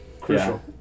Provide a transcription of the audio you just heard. crucial